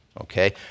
okay